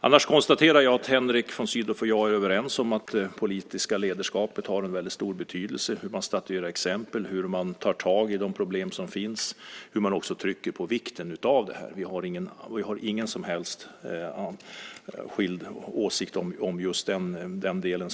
Annars konstaterar jag att Henrik von Sydow och jag är överens om att det politiska ledarskapet har en väldigt stor betydelse. Det handlar om hur man statuerar exempel, hur man tar tag i de problem som finns, hur man också trycker på vikten av det här. Vi har inga som helst skilda åsikter i just den delen.